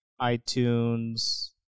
iTunes